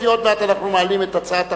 כי עוד מעט אנחנו מעלים את הצעת החוק,